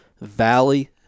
valley